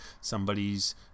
somebody's